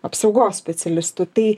apsaugos specialistų tai